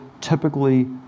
typically